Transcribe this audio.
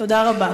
תודה רבה.